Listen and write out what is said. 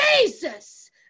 Jesus